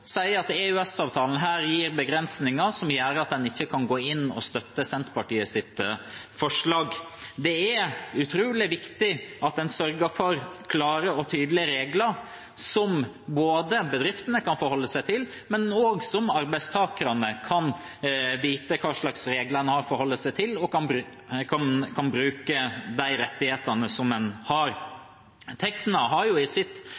sier at EØS-avtalen her gir begrensninger som gjør at en ikke kan gå inn og støtte Senterpartiets forslag. Det er utrolig viktig at en sørger for klare og tydelige regler som bedriftene kan forholde seg til, men også at arbeidstakerne kan vite hva slags regler en har å forholde seg til, og kan bruke de rettighetene som en har. Tekna har i sitt